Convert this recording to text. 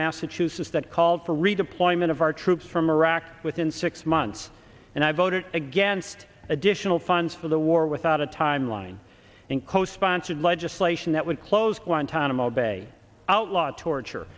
massachusetts that called for a redeployment of our troops from iraq within six months and i voted against additional funds for the war without a timeline and co sponsored legislation that would close guantanamo bay outlaw torture